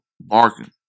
barking